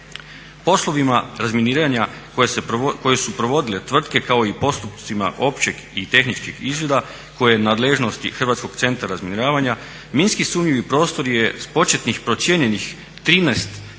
Poslovima razminiranja koje su provodile tvrtke, kao i postupcima općeg i tehničkog izvida koji je u nadležnosti HCR-a minski sumnjivi prostor je s početnih procijenjenih 13000